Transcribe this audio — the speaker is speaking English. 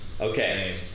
Okay